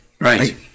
Right